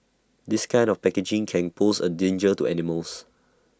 this kind of packaging can pose A danger to animals